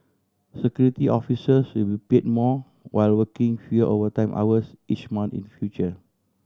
Security Officers will be paid more while working fewer overtime hours each month in future